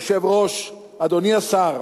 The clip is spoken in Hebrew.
אדוני היושב-ראש, אדוני השר,